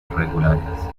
irregulares